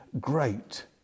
great